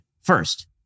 First